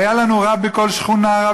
היה לנו רב בכל שכונה,